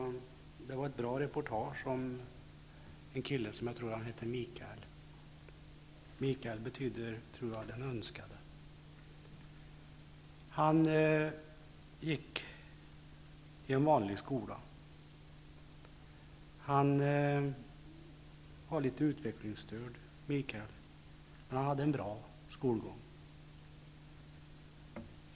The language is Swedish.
Där var ett bra reportage om en kille som heter Mikael. Mikael betyder den önskade. Mikael går i en vanlig skola. Han är litet utvecklingsstörd, men han har en bra skolgång.